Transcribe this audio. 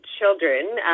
children